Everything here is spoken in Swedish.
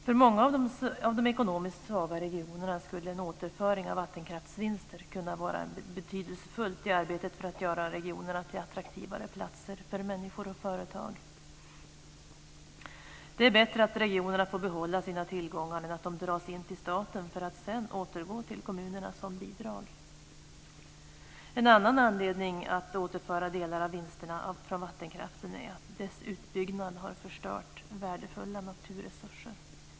För många av de ekonomiskt svaga regionerna skulle en återföring av vattenkraftsvinster kunna vara betydelsfull i arbetet för att göra regionerna till attraktivare platser för människor och företag. Det är bättre att regionerna får behålla sina tillgångar än att de dras in till staten för att sedan återgå till kommunerna som bidrag. En annan anledning till att återföra delar av vinsterna från vattenkraften är att dennas utbyggnad har förstört värdefulla naturresurser.